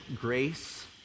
grace